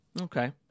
Okay